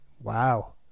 wow